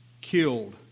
killed